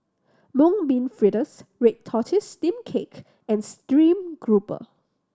Mung Bean Fritters red tortoise steamed cake and stream grouper